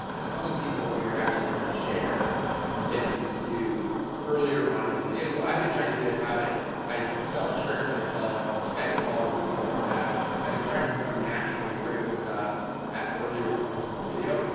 telling people what you're actually trying to share or get them to do earlier on in the video. so i've been trying to do this, i like i sell shirts and i sell skype calls and things like that, and i've been trying to more naturally bring those up at earlier points in the video,